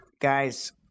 Guys